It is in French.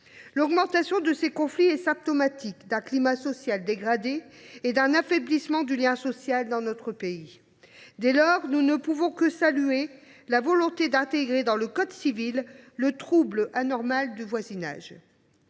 L’augmentation de ces conflits est symptomatique d’une dégradation du climat social et d’un affaiblissement du lien social dans notre pays. Dès lors, nous ne pouvons que saluer la volonté d’intégrer dans le code civil la notion de trouble anormal du voisinage.